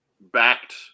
backed